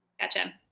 gotcha